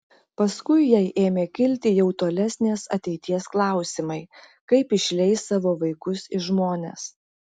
paskui jai ėmė kilti jau tolesnės ateities klausimai kaip išleis savo vaikus į žmones